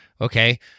Okay